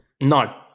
No